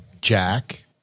Jack